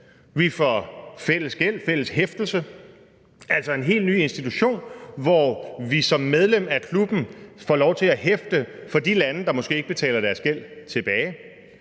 Vi får fælles gæld, fælles hæftelse, altså en helt ny institution, hvor vi som medlem af klubben får lov til at hæfte for de lande, der måske ikke betaler deres gæld tilbage.